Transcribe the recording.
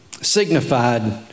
signified